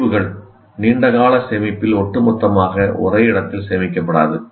நினைவுகள் நீண்ட கால சேமிப்பில் ஒட்டுமொத்தமாக ஒரே இடத்தில் சேமிக்கப்படாது